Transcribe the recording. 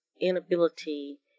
inability